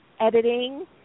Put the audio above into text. editing